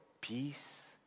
peace